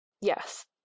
Yes